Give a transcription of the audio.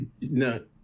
No